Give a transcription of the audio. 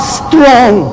strong